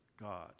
God